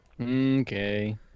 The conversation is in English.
Okay